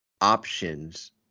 options